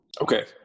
Okay